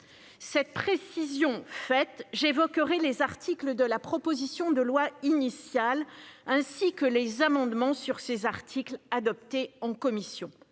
Cette précision faite, j'évoquerai les articles de la proposition de loi initiale, ainsi que les amendements sur ces articles qui ont été adoptés en commission.